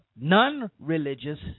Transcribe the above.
non-religious